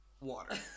water